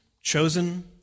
chosen